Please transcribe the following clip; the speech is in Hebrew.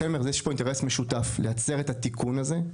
לכן אני אומר שיש פה אינטרס משותף לייצר את התיקון הזה.